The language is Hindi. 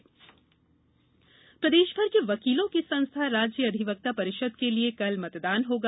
अधिवक्ता परिषद चुनाव प्रदेषभर के वकीलों की संस्था राज्य अधिवक्ता परिषद के लिए कल मतदान होगा